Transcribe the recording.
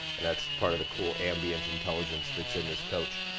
and that's part of the cool ambient intelligence that's in this coach.